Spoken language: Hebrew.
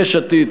יש עתיד,